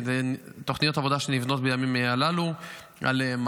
כי אלה תוכניות עבודה שנבנות בימים הללו למענקים.